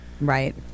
Right